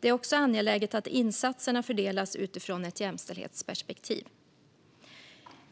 Det är också angeläget att insatserna fördelas utifrån ett jämställdhetsperspektiv.